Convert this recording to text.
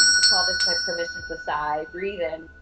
and call this my permission to sigh breathing.